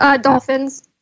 Dolphins